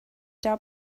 can